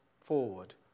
forward